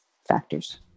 Factors